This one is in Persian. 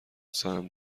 سرم